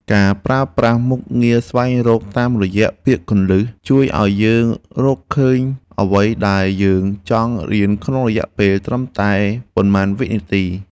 ការប្រើប្រាស់មុខងារស្វែងរកតាមរយៈពាក្យគន្លឹះជួយឱ្យយើងរកឃើញអ្វីដែលយើងចង់រៀនក្នុងរយៈពេលត្រឹមតែប៉ុន្មានវិនាទី។